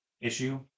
issue